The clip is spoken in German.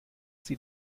sie